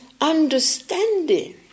understanding